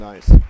Nice